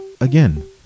again